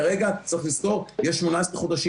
כרגע, צריך לזכור, יש 18 חודשים.